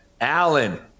Allen